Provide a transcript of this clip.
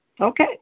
Okay